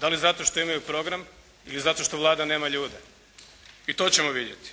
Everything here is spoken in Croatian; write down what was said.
Da li zato što imaju program ili zato što Vlada nema ljude? I to ćemo vidjeti.